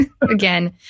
Again